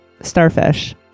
starfish